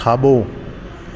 खाॿो